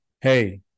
Hey